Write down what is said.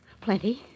Plenty